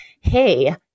hey